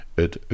het